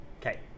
Okay